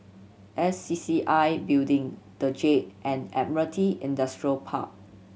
S C C C I Building The Jade and Admiralty Industrial Park